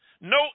No